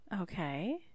Okay